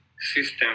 system